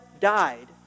died